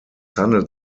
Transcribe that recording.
handelt